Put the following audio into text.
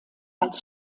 als